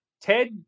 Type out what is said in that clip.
Ted